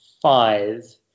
five